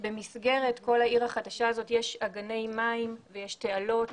במסגרת כל העיר החדשה הזאת יש אגני מים ויש תעלות